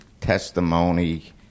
testimony